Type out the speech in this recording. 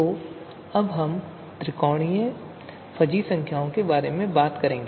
तो अब हम त्रिकोणीय फजी संख्याओं के बारे में बात करेंगे